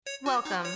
Welcome